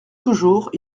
toujours